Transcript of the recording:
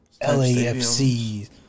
LAFC